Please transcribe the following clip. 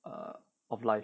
err of life